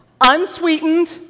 unsweetened